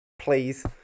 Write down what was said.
please